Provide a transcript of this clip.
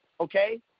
Okay